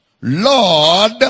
Lord